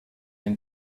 ein